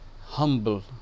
humble